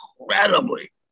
incredibly